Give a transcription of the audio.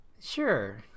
Sure